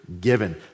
given